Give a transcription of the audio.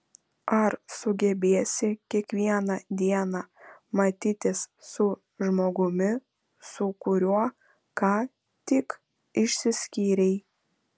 ar sugebėsi kiekvieną dieną matytis su žmogumi su kuriuo ką tik išsiskyrei